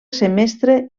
semestre